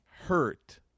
hurt